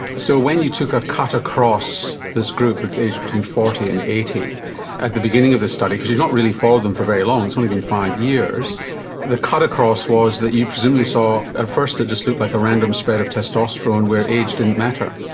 so when you took a cut across this group aged between forty and eighty at the beginning of the study because you've not really followed them for very long, it's only been five years the cut across was that you presumably saw at first it just looked like a random spread of testosterone where age didn't matter.